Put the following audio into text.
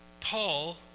Paul